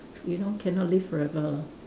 you know cannot live forever lah